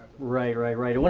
right, right, right.